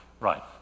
Right